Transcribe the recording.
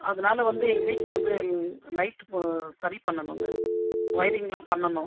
அதனால் வந்து எங்கள் வீட்டில் வந்து லைட்டு சரி பண்ணனுங்கள் ஒயரிங்கலாம் பண்ணனும்